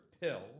pill